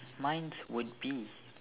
mine's would be